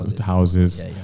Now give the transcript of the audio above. houses